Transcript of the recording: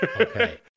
Okay